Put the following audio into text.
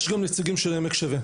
יש גם נציגים של 'עמק שווה'.